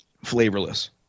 flavorless